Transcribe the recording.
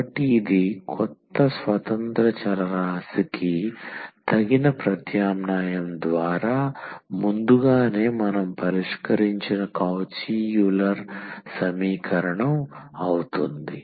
కాబట్టి ఇది కొత్త స్వతంత్ర చరరాశికి తగిన ప్రత్యామ్నాయం ద్వారా ముందుగానే మనం పరిష్కరించిన కౌచి యూలర్ సమీకరణం అవుతుంది